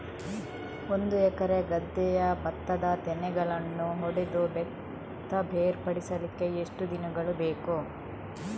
ಒಂದು ಎಕರೆ ಗದ್ದೆಯ ಭತ್ತದ ತೆನೆಗಳನ್ನು ಹೊಡೆದು ಭತ್ತ ಬೇರ್ಪಡಿಸಲಿಕ್ಕೆ ಎಷ್ಟು ದಿನಗಳು ಬೇಕು?